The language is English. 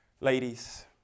Ladies